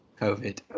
COVID